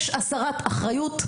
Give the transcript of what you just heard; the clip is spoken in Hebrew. יש הסרת אחריות.